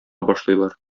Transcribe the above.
башлыйлар